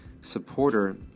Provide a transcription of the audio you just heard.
supporter